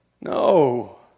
No